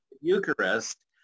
eucharist